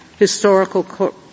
Historical